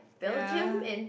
ya